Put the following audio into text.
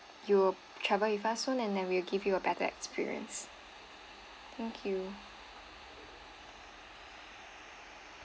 you'll travel with us soon and then we'll give you a better experience thank you